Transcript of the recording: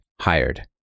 Hired